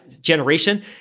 generation